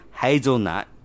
Hazelnut